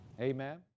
Amen